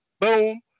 Boom